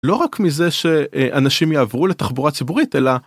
לא רק מזה שאנשים יעברו לתחבורה ציבורית אלא.